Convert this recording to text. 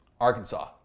Arkansas